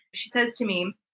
she says to me,